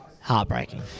Heartbreaking